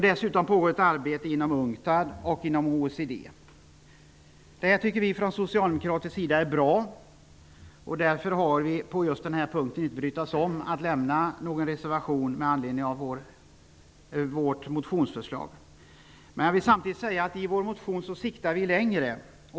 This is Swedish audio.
Dessutom pågår ett arbete i detta sammanhang inom UNCTAD och OECD. Vi tycker från socialdemokratisk sida att detta är bra, och vi har därför på denna punkt inte brytt oss om att avge någon reservation i anslutning till vårt motionsförslag. Jag vill dock samtidigt säga att vi i vår motion siktar längre.